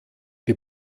die